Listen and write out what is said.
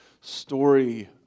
story